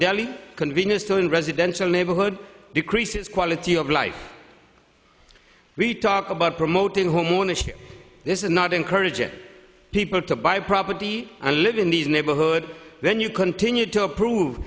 deli convenience store in a residential neighborhood decreases quality of life we talk about promoting homeownership this is not encouraging people to buy property and live in these neighborhood then you continue to approve